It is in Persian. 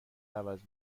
عوض